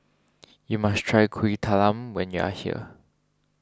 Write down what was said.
you must try Kuih Talam when you are here